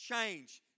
change